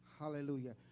Hallelujah